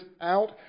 out